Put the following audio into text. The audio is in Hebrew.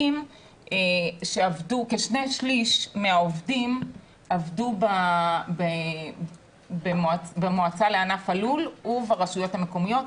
כשני שליש מהעובדים עבדו במועצה לענף הלול ברשויות המקומיות,